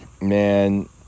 man